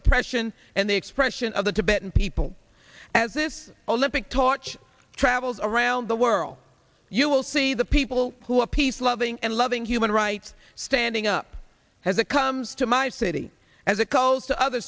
oppression and the expression of the tibetan people as if olympic torch travels around the world you will see the people who are peace loving and loving human rights standing up as it comes to my city as it goes to other